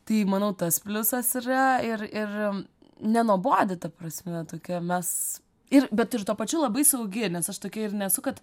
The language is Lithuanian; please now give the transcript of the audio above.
tai manau tas pliusas yra ir ir nenuobodi ta prasme tokia mes ir bet ir tuo pačiu labai saugi nes aš tokia ir nesu kad